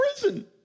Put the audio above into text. prison